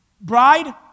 bride